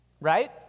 right